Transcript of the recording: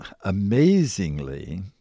amazingly